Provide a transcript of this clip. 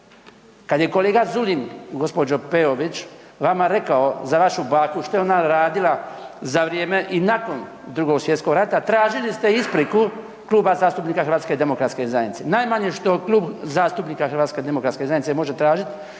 Kad je kolega Zulim gđo. Peović vama rekao za vašu baku što je ona radila za vrijeme i nakon Drugog svjetskog rata, tražili ste ispriku Kluba zastupnika HDZ-a. Najmanje što Klub zastupnika HDZ-a može tražit